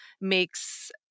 makes